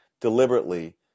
deliberately